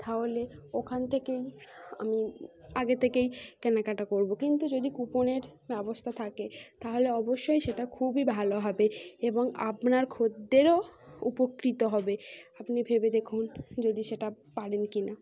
তাহলে ওখান থেকেই আমি আগে থেকেই কেনাকাটা করব কিন্তু যদি কুপনের ব্যবস্থা থাকে তাহলে অবশ্যই সেটা খুবই ভালো হবে এবং আপনার খদ্দেরও উপকৃত হবে আপনি ভেবে দেখুন যদি সেটা পারেন কি না